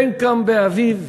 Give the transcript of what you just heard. בן קם באביו,